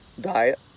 diet